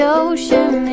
ocean